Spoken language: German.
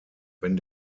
wenn